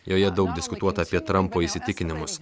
joje daug diskutuota apie trampo įsitikinimus